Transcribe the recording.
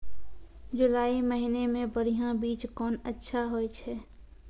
जुलाई महीने मे बढ़िया बीज कौन अच्छा होय छै?